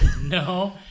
No